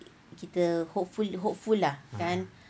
kita hopeful hopeful lah kan